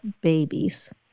babies